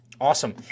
awesome